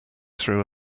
through